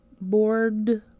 board